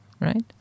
right